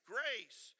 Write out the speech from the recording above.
Grace